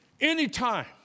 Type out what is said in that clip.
anytime